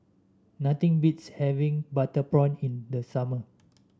nothing beats having Butter Prawn in the summer